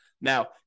Now